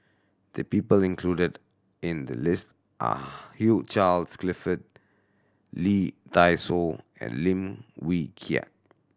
the people included in the list are Hugh Charles Clifford Lee Dai Soh and Lim Wee Kiak